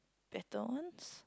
better ones